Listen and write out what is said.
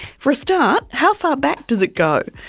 for a start, how far back does it go?